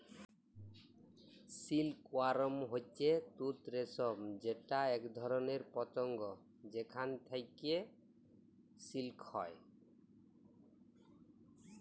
silk worm হচ্যে তুত রেশম যেটা এক ধরণের পতঙ্গ যেখাল থেক্যে সিল্ক হ্যয়